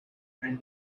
and